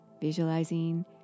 visualizing